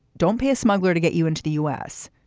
don't pay a smuggler to get you into the u s.